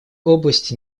области